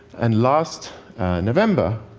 and last november,